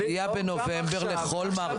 זה מגיע בנובמבר לכולם.